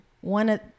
One